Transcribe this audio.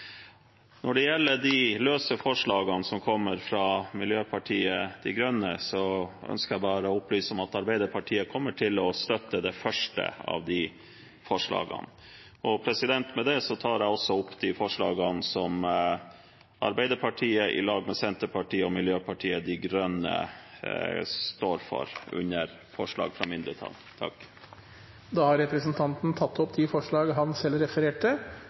Når det gjelder de løse forslagene som kommer fra Miljøpartiet De Grønne, ønsker jeg bare å opplyse om at Arbeiderpartiet kommer til å støtte det første av forslagene. Med dette tar jeg også opp de forslagene som Arbeiderpartiet sammen med Senterpartiet og Miljøpartiet De Grønne står for under Forslag fra mindretall. Representanten Runar Sjåstad har tatt opp de forslagene han refererte